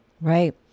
Right